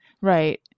right